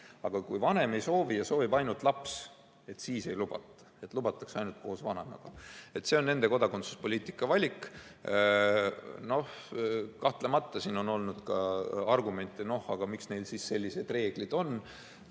Aga kui vanem ei soovi ja soovib ainult laps, siis ei lubata. Lubatakse ainult koos vanemaga. See on nende kodakondsuspoliitika valik. Kahtlemata on siin kõlanud ka argumente, miks neil sellised reeglid on.